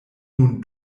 nun